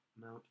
Mount